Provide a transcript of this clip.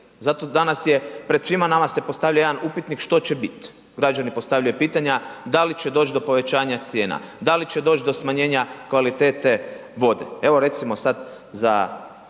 zato danas je pred svima nama se postavljao jedan upitnik što biti, građani postavljaju pitanja da li će doći do povećanja cijena, da li će doći do smanjenja kvalitete vode. Evo recimo sad za